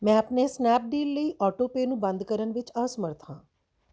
ਮੈਂ ਆਪਣੇ ਸਨੈਪਡੀਲ ਲਈ ਆਟੋ ਪੇਅ ਨੂੰ ਬੰਦ ਕਰਨ ਵਿੱਚ ਅਸਮਰੱਥ ਹਾਂ